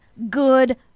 good